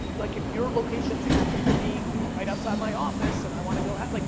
like if your locations happened to be right outside my office and i want to go, like,